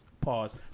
Pause